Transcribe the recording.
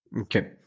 Okay